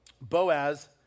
Boaz